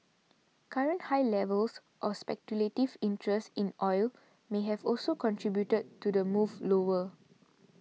current high levels of speculative interest in oil may have also contributed to the move lower